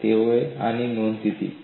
તેઓએ આની નોંધ લીધી છે